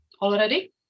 Already